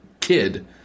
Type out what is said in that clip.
kid